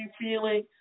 feeling